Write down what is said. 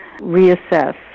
reassess